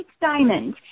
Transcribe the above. diamond